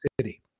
City